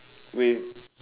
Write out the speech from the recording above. with